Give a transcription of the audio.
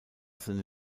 seine